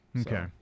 okay